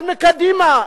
את מקדימה.